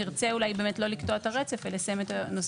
נרצה באמת לא לקטוע את הרצף ולסיים את הנושא